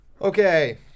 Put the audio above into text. Okay